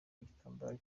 igitambaro